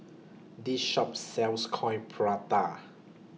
This Shop sells Coin Prata